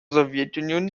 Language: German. sowjetunion